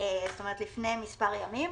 כלומר לפני מספר ימים.